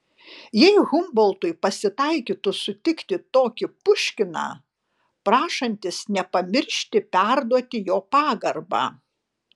jei humboltui pasitaikytų sutikti tokį puškiną prašantis nepamiršti perduoti jo pagarbą